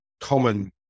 Common